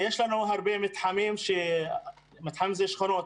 יש לנו הרבה מתחמים, מתחם זה שכונות,